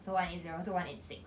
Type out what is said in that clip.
so one eight zero to one eight six